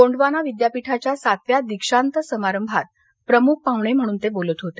गोंडवाना विद्यापीठाच्या सातव्या दीक्षांत समारंभात प्रमुख पाह्णे म्हणून ते बोलत होते